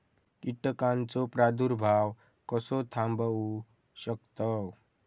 कीटकांचो प्रादुर्भाव कसो थांबवू शकतव?